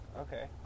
okay